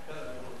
יקר מאוד.